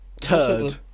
turd